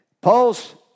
Paul's